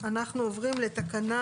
עוברים לתקנה